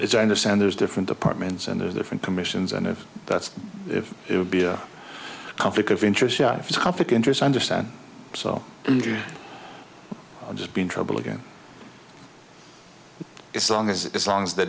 it's i understand there's different departments and there's different commissions and if that's if it would be a conflict of interest it's a conflict of interest i understand so i'll just be in trouble again it's long as as long as the